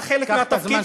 אז בתרבות,